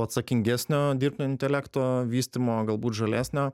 atsakingesnio dirbtinio intelekto vystymo galbūt žalesnio